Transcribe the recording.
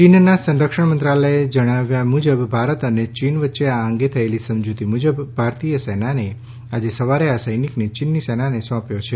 ચીનના સંરક્ષણ મંત્રાલયના જણાવ્યા મુજબ ભારત અને ચીન વચ્ચે આ અંગે થયેલી સમજૂતી મુજબ ભારતીય સેનાને આજે સવારે આ સૈનિકને ચીનની સેનાને સોંપ્યો છે